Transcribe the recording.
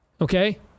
Okay